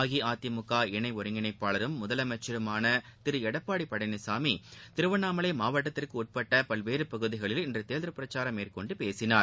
அஇஅதிமுக இணை ஒருங்கிணைப்பாளரும் முதலமைச்சருமான திரு எடப்பாடி பழனிசாமி திருவண்ணாமலை மாவட்டத்திற்கு உட்பட்ட பல்வேறு பகுதிகளில் இன்று தேர்தல் பிரச்சாரம் மேற்கொண்டு பேசினார்